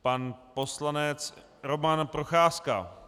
Pan poslanec Roman Procházka.